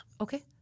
Okay